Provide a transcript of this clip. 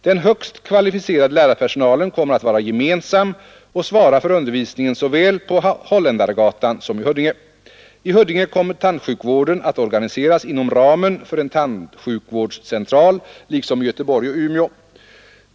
Den högst kvalificerade lärarpersonalen kommer att vara gemensam och svara för undervisningen såväl på Holländargatan som i Huddinge. I Huddinge kommer tandsjukvården att organiseras inom ramen för en tandsjukvårdscentral liksom i Göteborg och Umeå.